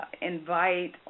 invite